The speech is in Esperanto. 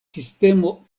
sistemo